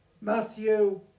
Matthew